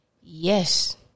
Yes